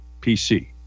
PC